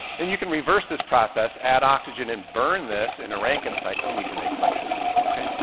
and you can reverse this process, add oxygen, and burn this in a rankin cycle and you can make electricity. okay?